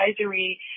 Advisory